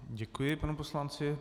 Děkuji panu poslanci.